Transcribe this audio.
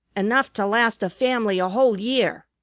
enough to last a family a whole year,